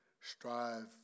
strive